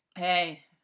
Hey